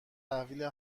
تحویل